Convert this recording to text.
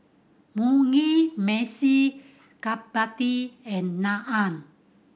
Mugi Meshi Chapati and Naan